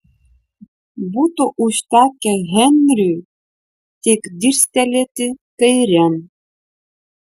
būtų užtekę henriui tik dirstelėti kairėn